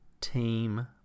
team